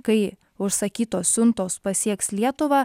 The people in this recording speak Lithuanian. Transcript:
kai užsakytos siuntos pasieks lietuvą